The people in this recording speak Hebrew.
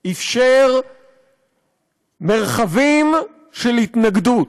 אפשר מרחבים של התנגדות,